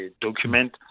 document